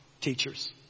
teachers